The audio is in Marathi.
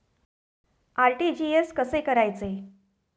आर.टी.जी.एस कसे करायचे?